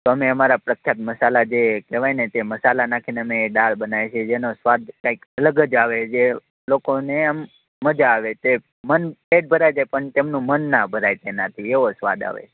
તમે અમારા પ્રખ્યાત મસાલા જે કહેવાય ને તે મસાલા નાખીને અમે દાળ બનાવીએ છીએ જેનો સ્વાદ કાંઈક અલગ જ આવે છે જે લોકોને આમ મજા આવે છે મન પેટ ભરાઈ જાય પણ તેમનું મન ના ભરાય તેનાથી એવો સ્વાદ આવે છે